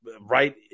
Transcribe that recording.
right